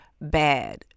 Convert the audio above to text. bad